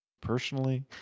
personally